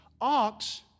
Ox